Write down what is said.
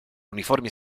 uniformi